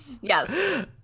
Yes